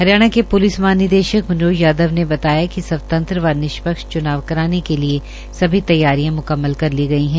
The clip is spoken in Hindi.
हरियाणा के पुलिस महानिदे ाक मनोज यादव ने बताया कि स्वतंत्र व निश्पक्ष चुनाव कराने के लिए सभी तैयारियां मुक्कमण कर ली गई हैं